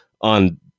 on